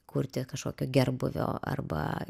kurti kažkokio gerbūvio arba